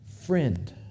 friend